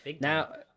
Now